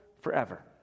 forever